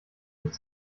sich